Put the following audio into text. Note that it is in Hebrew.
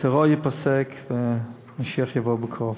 הטרור ייפסק ומשיח יבוא בקרוב.